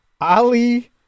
Ali